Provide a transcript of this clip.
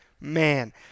Man